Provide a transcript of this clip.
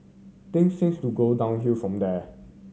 things seemed to go downhill from there